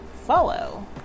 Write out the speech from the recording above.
follow